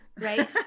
right